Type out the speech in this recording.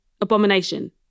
abomination